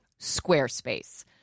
Squarespace